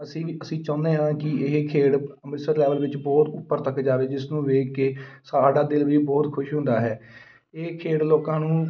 ਅਸੀਂ ਵੀ ਅਸੀਂ ਚਾਹੁੰਦੇ ਹਾਂ ਕੀ ਇਹ ਖੇਡ ਅੰਮ੍ਰਿਤਸਰ ਲੈਵਲ ਵਿੱਚ ਬਹੁਤ ਉੱਪਰ ਤੱਕ ਜਾਵੇ ਜਿਸ ਨੂੰ ਦੇਖ ਕੇ ਸਾਡਾ ਦਿਲ ਵੀ ਬਹੁਤ ਖੁਸ਼ ਹੁੰਦਾ ਹੈ ਇਹ ਖੇਡ ਲੋਕਾਂ ਨੂੰ